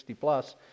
plus